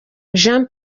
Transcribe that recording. jean